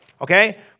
okay